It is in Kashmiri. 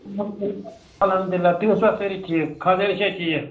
اَلحمدُللہ تُہۍ ٲسوا سٲری ٹھیٖک خانٛدارٮ۪ن چھا ٹھیٖک